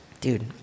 dude